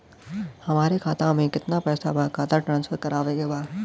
हमारे खाता में कितना पैसा बा खाता ट्रांसफर करावे के बा?